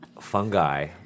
fungi